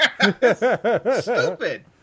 Stupid